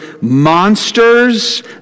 monsters